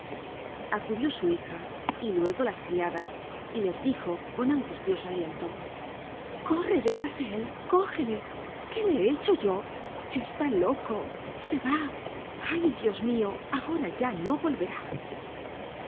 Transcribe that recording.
acudió su hija y luego las criadas y les dijo con angustioso aliento content from google book search generated at corre detrás de él cógele qué le he hecho yo está loco i se va ay dios mio ahora ya no volverá